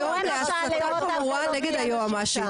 ואתם גורמים היום להסתה חמורה נגד היועמ"שית.